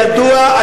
ובידוע,